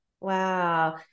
Wow